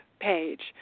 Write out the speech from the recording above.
page